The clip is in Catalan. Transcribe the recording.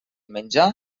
menjar